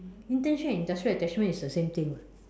internship and industrial attachments is the same thing [what]